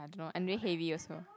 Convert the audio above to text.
I don't know and really heavy also